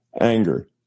anger